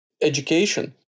education